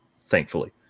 thankfully